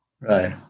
Right